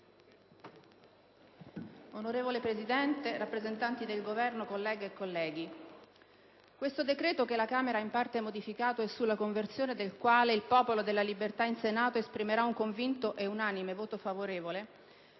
Signora Presidente, rappresentanti del Governo, colleghe e colleghi, questo decreto, che la Camera ha in parte modificato e sulla conversione del quale il Popolo della Libertà in Senato esprimerà un convinto ed unanime voto favorevole,